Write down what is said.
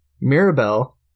Mirabelle